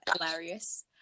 hilarious